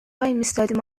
وایمیستادیم